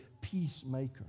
peacemaker